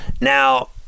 now